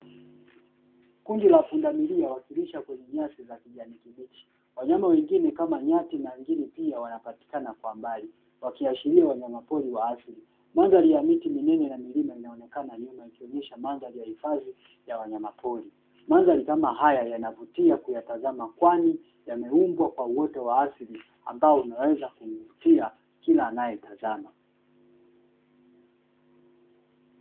Kundi la pundamilia wakilisha kwenye nyasi za kijani kibichi, wanyama wengine kama nyati na ngiri pia wanapatikana kwa mbali, wakiashiria wanyama pori wa asili. Mandhari ya miti minene na milima inaonekana nyuma, ikionyesha mandhari ya hifadhi ya wanyama pori. Mandhari kama haya yanavutia kuyatazama, kwani yameumbwa kwa uoto wa asili, ambao unaweza kumvutia kila anayetazama.